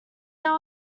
there